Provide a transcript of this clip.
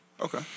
Okay